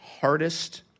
hardest